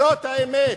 זאת האמת,